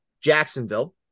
Jacksonville